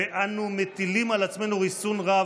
ואנו מטילים על עצמנו ריסון רב,